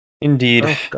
Indeed